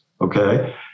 okay